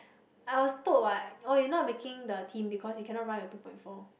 I was told what oh you're not making the team because you cannot run your two point four